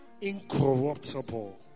incorruptible